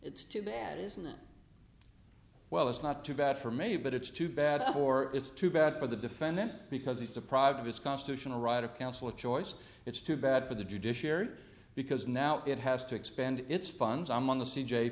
it's too bad isn't it well it's not too bad for me but it's too bad or it's too bad for the defendant because he's deprived of his constitutional right to counsel of choice it's too bad for the judiciary because now it has to expend its funds i'm on the c